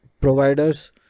providers